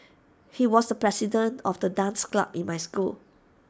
he was the president of the dance club in my school